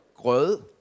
grød